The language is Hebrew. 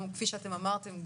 כפי שאתם אמרתם,